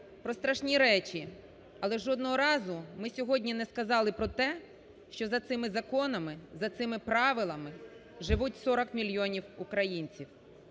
про страшні речі. Але жодного разу ми сьогодні не сказали про те, що за цими законами, за цими правилами живуть 40 мільйонів українців.